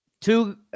Two